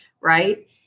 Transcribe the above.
right